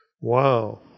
Wow